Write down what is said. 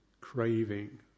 craving